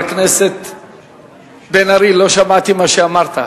חבר הכנסת בן-ארי, לא שמעתי את מה שאמרת.